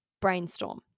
brainstorm